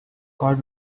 cord